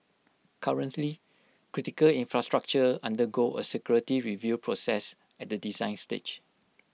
currently critical infrastructure undergo A security review process at the design stage